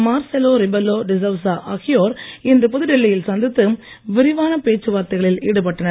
Marcelo Rebelo de Sousa ஆகியோர் இன்று புதுடில்லியில் சந்தித்து விரிவான பேச்சுவார்த்தைகளில் ஈடுபட்டனர்